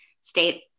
state